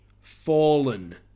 Fallen